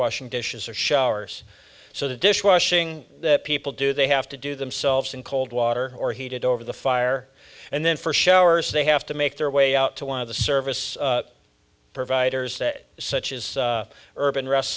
washing dishes or showers so the dish washing that people do they have to do themselves in cold water or heated over the fire and then for showers they have to make their way out to one of the service providers that such is urban rest